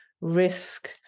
risk